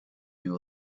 you